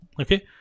okay